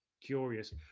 curious